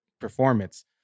performance